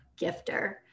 gifter